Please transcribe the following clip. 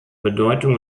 bedeutung